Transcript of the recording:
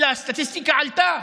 אלא הסטטיסטיקה עלתה,